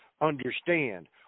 understand